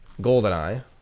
Goldeneye